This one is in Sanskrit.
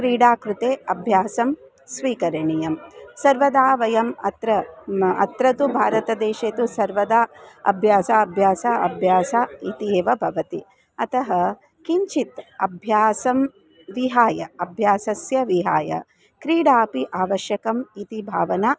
क्रीडायाः कृते अभ्यासं स्वीकरणीयं सर्वदा वयम् अत्र म अत्र तु भारतदेशे तु सर्वदा अभ्यासः अभ्यासः अभ्यासः इति एव भवति अतः किञ्चित् अभ्यासं विहाय अभ्यासं विहाय क्रीडा अपि आवश्यकी इति भावना